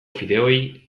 fideoei